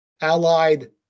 allied